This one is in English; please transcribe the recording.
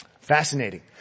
Fascinating